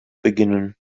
beginnen